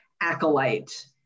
acolyte